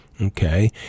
Okay